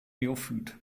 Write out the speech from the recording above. neophyt